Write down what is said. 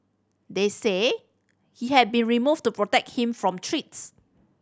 they say he had been removed to protect him from treats